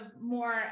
more